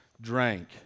drank